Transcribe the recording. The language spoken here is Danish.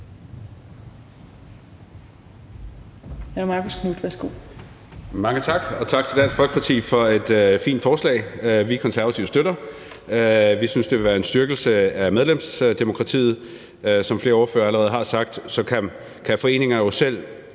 tak til Dansk Folkeparti for et fint forslag. Vi Konservative støtter det. Vi synes, det vil være en styrkelse af medlemsdemokratiet. Som flere ordførere allerede har sagt, kan foreninger jo i